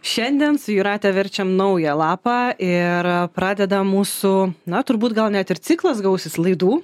šiandien su jūrate verčiam naują lapą ir pradedam mūsų na turbūt gal net ir ciklas gausis laidų